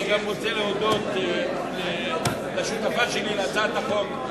אני גם רוצה להודות לשותפה שלי להצעת החוק,